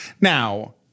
Now